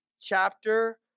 Chapter